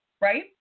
right